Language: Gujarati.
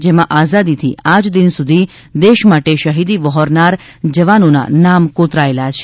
જેમાં આઝાદીથી આજદિન સુધી દેશ માટે શહીદી વહોરનાર જવાનોના નામ કોતરાયેલા છે